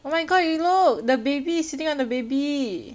oh my god you look the baby is sitting on the baby